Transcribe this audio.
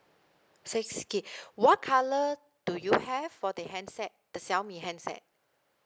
six gig what colour do you have for the handset the xiaomi handset